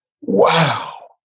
Wow